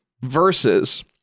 versus